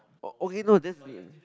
oh okay no that's be